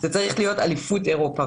זה צריך להיות אליפות אירופה.